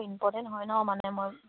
important হয় ন মানে মই